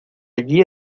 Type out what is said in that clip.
allí